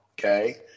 okay